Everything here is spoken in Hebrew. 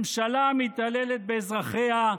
ממשלה המתעללת באזרחיה.